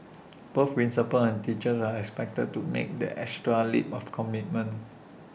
both principals and teachers are expected to make that extra leap of commitment